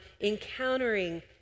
encountering